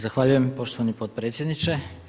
Zahvaljujem poštovani potpredsjedniče.